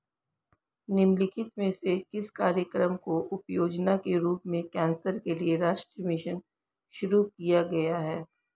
निम्नलिखित में से किस कार्यक्रम को उपयोजना के रूप में कैंसर के लिए राष्ट्रीय मिशन शुरू किया गया है?